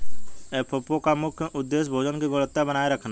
FAO का मुख्य उदेश्य भोजन की गुणवत्ता बनाए रखना है